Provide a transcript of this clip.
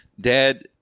Dad